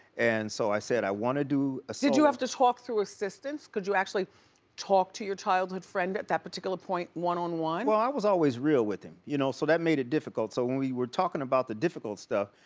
and so, i said i wanna do a did you have to talk through assistants, could you actually talk to your childhood friend at that particular point, one on one? well, i was always real with him, you know so that made it difficult, so when we were talkin' about the difficult stuff,